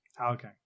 okay